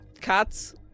cats